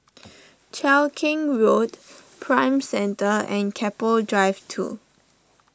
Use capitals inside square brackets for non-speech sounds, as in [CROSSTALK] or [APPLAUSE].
[NOISE] Cheow Keng Road Prime Centre and Keppel Drive two